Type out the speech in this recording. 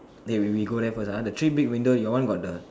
wait we we go there first ah the three big window your one got the